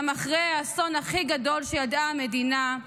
גם אחרי האסון הכי גדול שידעה המדינה,